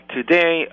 Today